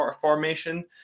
formation